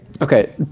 Okay